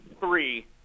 three